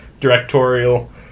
directorial